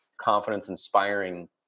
confidence-inspiring